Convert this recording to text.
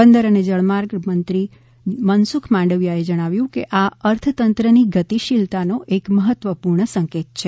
બંદર અને જળમાર્ગ મંત્રી મનસુખ માંડવીયાએ જણાવ્યું કે આ અર્થતંત્રની ગતિશીલતાનો એક મહત્વપૂર્ણ સંકેત છે